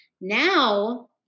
Now